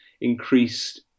increased